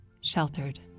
Sheltered